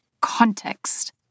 context